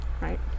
right